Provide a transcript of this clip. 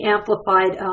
Amplified